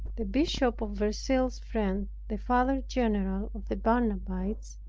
the bishop of verceil's friend, the father-general of the barnabites,